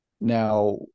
Now